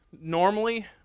normally